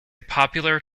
popular